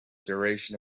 duration